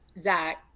Zach